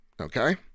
okay